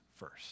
First